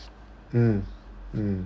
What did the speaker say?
mm mm